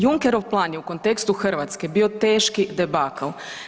Junckerov plan je u kontekstu Hrvatske bio teški debakl.